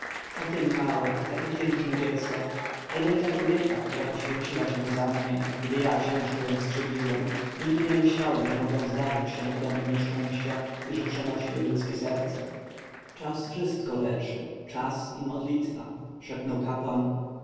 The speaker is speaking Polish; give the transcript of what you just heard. takie małe takie piękne dziecko albo i ta kobieta która poświęciła się za mnie gdy ja ciężko ją skrzywdziłem nigdy nie myślałem że mogą zdarzać się podobne nieszczęścia i że przenosi je ludzkie serce czas wszystko leczy czas i modlitwa szepnął kapłan